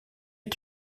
est